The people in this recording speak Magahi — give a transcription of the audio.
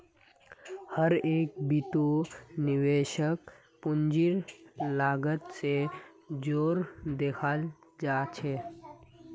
हर एक बितु निवेशकक पूंजीर लागत स जोर देखाला जा छेक